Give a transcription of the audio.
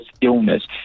illness